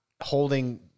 holding